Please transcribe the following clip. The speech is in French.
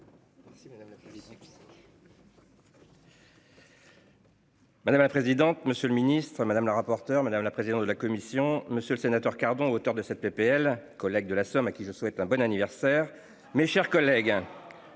Madame la présidente. Monsieur le Ministre, madame la rapporteur, madame la présidente de la Commission, monsieur le sénateur Cardon, auteur de cette PPL collègue de la Somme, à qui je souhaite un bonne anniversaire. Mes chers collègues